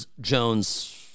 Jones